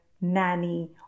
nanny